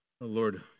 Lord